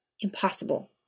Impossible